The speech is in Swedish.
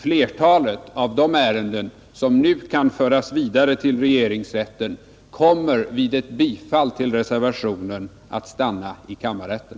Flertalet av de ärenden som nu kan föras vidare till regeringsrätten kommer vid ett bifall till reservationen att stanna i kammarrätten.